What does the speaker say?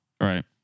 Right